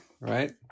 right